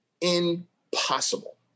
impossible